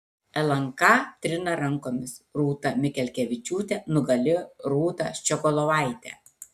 lnk trina rankomis rūta mikelkevičiūtė nugalėjo rūtą ščiogolevaitę